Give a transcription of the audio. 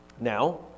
Now